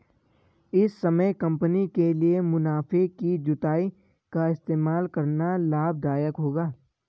इस समय कंपनी के लिए मुनाफे की जुताई का इस्तेमाल करना लाभ दायक होगा